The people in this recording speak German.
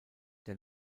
der